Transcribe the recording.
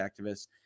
activists